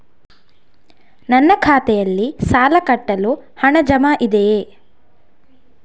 ನನ್ನ ಖಾತೆಯಲ್ಲಿ ಸಾಲ ಕಟ್ಟಲು ಹಣ ಜಮಾ ಇದೆಯೇ?